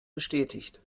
bestätigt